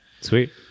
Sweet